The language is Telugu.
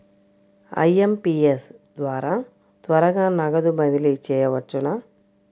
ఐ.ఎం.పీ.ఎస్ ద్వారా త్వరగా నగదు బదిలీ చేయవచ్చునా?